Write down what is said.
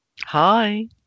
Hi